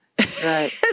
Right